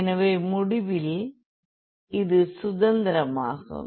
எனவே முடிவில் இது சுதந்திரமாகும்